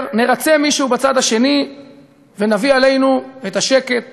נרצה מישהו בצד השני ונביא עלינו את השקט